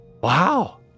Wow